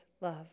love